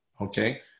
okay